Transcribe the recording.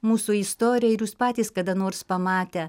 mūsų istorija ir jūs patys kada nors pamatę